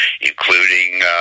including